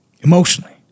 Emotionally